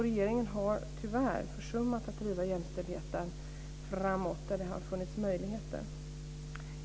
Regeringen har tyvärr försummat att driva jämställdheten framåt där det har funnits möjligheter.